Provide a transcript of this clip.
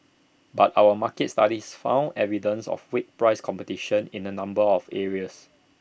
but our market studies found evidence of weak price competition in A number of areas